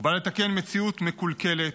הוא בא לתקן מציאות מקולקלת,